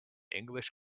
english